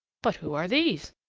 but who are these?